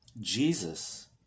Jesus